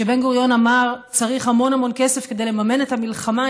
כשבן-גוריון אמר: צריך המון המון כסף כדי לממן את המלחמה,